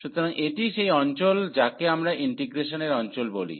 সুতরাং এটি সেই অঞ্চল যাকে আমরা ইন্টিগ্রেশনের অঞ্চল বলি